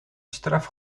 straf